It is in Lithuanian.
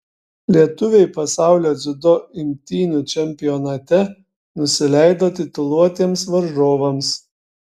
lietuviai pasaulio dziudo imtynių čempionate nusileido tituluotiems varžovams